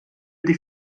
die